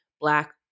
black